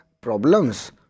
problems